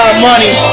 money